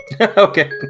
Okay